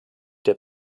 der